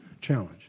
challenge